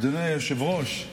אדוני היושב-ראש,